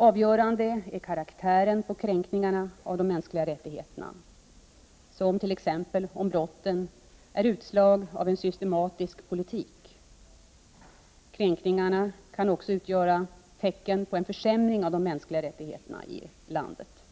Avgörande är karaktären på kränkningarna av de mänskliga rättigheterna, t.ex. om brotten är utslag av en systematisk politik. Kränkningarna kan också utgöra tecken på en försämring av de mänskliga rättigheterna i landet.